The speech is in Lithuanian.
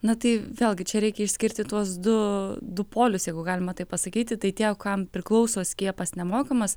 na tai vėlgi čia reikia išskirti tuos du du polius jeigu galima taip pasakyti tai tie kam priklauso skiepas nemokamas